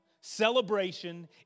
celebration